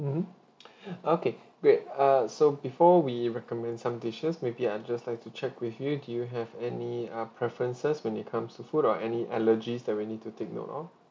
mmhmm okay wait err so before we recommend some dishes maybe I'll just like to check with you do you have any uh preferences when it comes to food or any allergies that we need to take note of